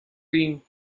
team